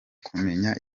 kumenya